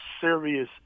serious